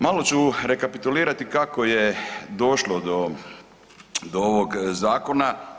Malo ću rekapitulirati kako je došlo do ovog zakona.